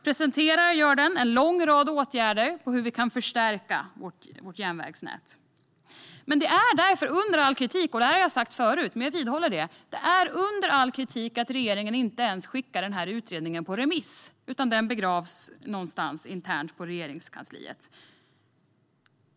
Utredningen presenterar en lång rad åtgärder för att förstärka vårt järnvägsnät. Det är därför under all kritik - det här har jag sagt förut, men jag vidhåller det - att regeringen inte ens skickar den här utredningen på remiss utan begraver den internt någonstans på Regeringskansliet.